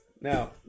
Now